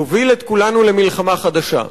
יוביל את כולנו למלחמה חדשה.